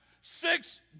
six